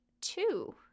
two